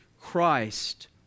Christ